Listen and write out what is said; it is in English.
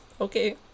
okay